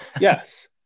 yes